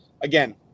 again